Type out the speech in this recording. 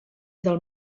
del